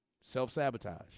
Self-sabotage